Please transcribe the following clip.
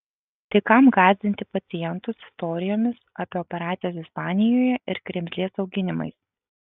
tai kam gąsdinti pacientus istorijomis apie operacijas ispanijoje ir kremzlės auginimais